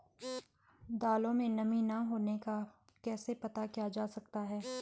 दालों में नमी न होने का कैसे पता किया जा सकता है?